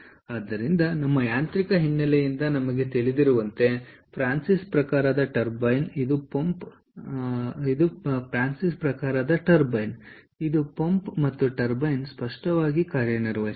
ಆದ್ದರಿಂದ ನಮ್ಮ ಯಾಂತ್ರಿಕ ಹಿನ್ನೆಲೆಯಿಂದ ನಮಗೆ ತಿಳಿದಿರುವಂತೆ ಫ್ರಾನ್ಸಿಸ್ ಪ್ರಕಾರದ ಟರ್ಬೈನ್ ಇದು ಪಂಪ್ ಮತ್ತು ಟರ್ಬೈನ್ ಸ್ಪಷ್ಟವಾಗಿ ಕಾರ್ಯ ನಿರ್ವಹಿಸುತ್ತದೆ